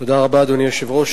אדוני היושב-ראש,